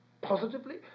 positively